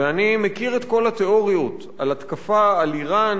ואני מכיר את כל התיאוריות על התקפה על אירן